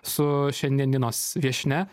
su šiandien dienos viešnia